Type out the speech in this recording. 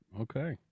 okay